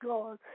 God